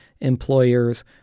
employers